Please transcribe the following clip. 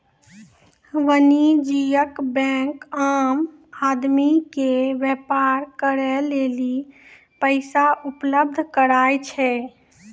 वाणिज्यिक बेंक आम आदमी के व्यापार करे लेली पैसा उपलब्ध कराय छै